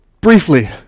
briefly